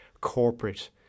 corporate